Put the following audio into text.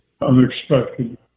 unexpected